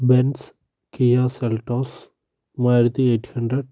Benz Kia Seltos Maruti eight hundred